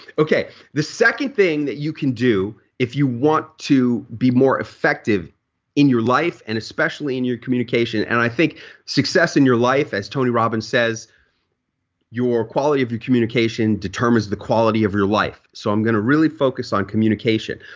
the second thing that you can do if you want to be more effective in your life and especially in your communication and i think success in your life as tony robbins says your quality of your communication determines the quality of your life. so i'm going to really focus on communication.